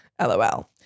LOL